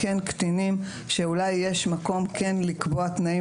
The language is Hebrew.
כן קטינים שאולי יש מקום כן לקבוע תנאים